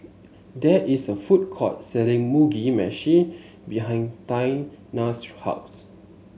there is a food court selling Mugi Meshi behind Taina's house